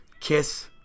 Kiss